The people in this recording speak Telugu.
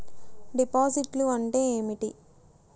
డిపాజిట్లు అంటే ఏమిటి?